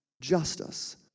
justice